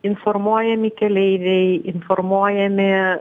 informuojami keleiviai informuojami